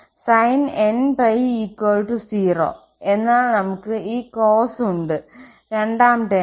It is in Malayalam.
sin nπ 0 എന്നാൽ നമുക്ക് ഈ cos ഉണ്ട് രണ്ടാം ടേം ൽ